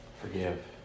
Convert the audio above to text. Forgive